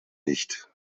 nicht